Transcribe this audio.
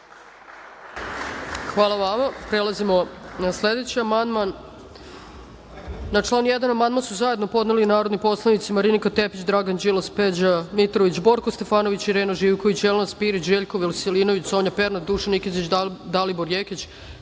Hvala vama. Prelazimo na sledeći amandman. Na član 1. amandman su zajedno podneli narodni poslanici Marinika Tepić, Dragan Đilas, Peđa Mitrović, Borko Stefanović, Irena Živković, Jelena Spirić, Željko Veselinović, Sonja Pernat, Dušan Nikezić, Dalibor Jekić,